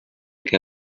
què